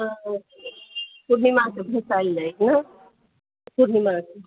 हँ पुर्णिमाके भसाएल जाइ छै ने पुर्णिमाके